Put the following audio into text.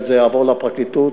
זה יעבור לפרקליטות.